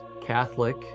Catholic